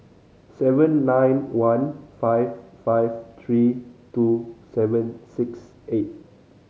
seven nine one five five three two seven six eight